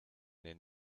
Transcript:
den